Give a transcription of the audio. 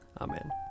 Amen